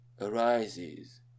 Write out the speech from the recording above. arises